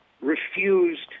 refused